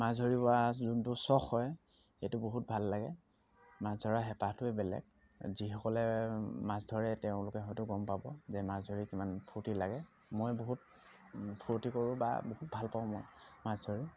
মাছ ধৰিব যোৱা যোনটো চখ হয় সেইটো বহুত ভাল লাগে মাছ ধৰা হেঁপাহটোৱেই বেলেগ যিসকলে মাছ ধৰে তেওঁলোকে হয়তো গম পাব যে মাছ ধৰি কিমান ফূৰ্তি লাগে মই বহুত ফূৰ্তি কৰোঁ বা বহুত ভাল পাওঁ মই মাছ ধৰি